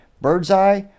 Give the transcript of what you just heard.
Birdseye